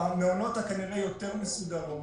המעונות כנראה יותר מסודרים.